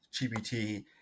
GPT